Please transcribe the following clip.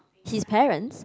his parents